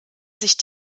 sich